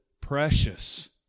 precious